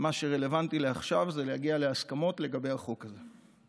ומה שרלוונטי לעכשיו זה להגיע להסכמות לגבי החוק הזה.